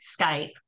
Skype